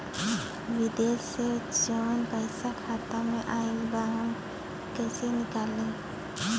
विदेश से जवन पैसा खाता में आईल बा हम कईसे निकाली?